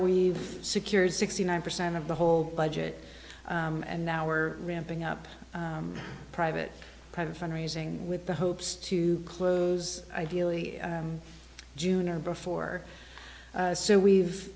we've secured sixty nine percent of the whole budget and now we're ramping up private private fund raising with the hopes to close ideally june or before so we've